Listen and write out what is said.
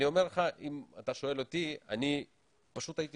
אני אומר לך, אם אתה שואל אותי, פשוט הייתי